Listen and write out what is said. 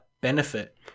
benefit